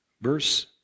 verse